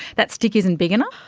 that stick isn't big enough?